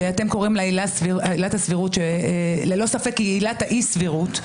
שאתם קוראים לה עילת הסבירות ללא ספק היא עילת האי-סבירות,